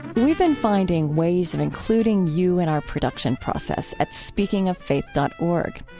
we've been finding ways of including you and our production process at speakingoffaith dot org.